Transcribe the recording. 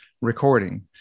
recording